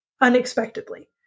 unexpectedly